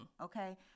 Okay